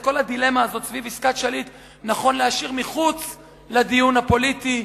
את כל הדילמה הזאת סביב עסקת שליט נכון להשאיר מחוץ לדיון הפוליטי,